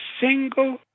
single